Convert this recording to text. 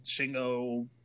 Shingo